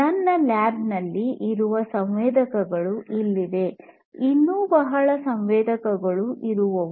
ನನ್ನ ಲ್ಯಾಬಿನಲ್ಲಿ ಇರುವ ಸಂವೇದಕಗಳು ಇಲ್ಲಿವೆ ಇನ್ನೂ ಬಹಳ ಸಂವೇದಕಗಳು ಇರುವವು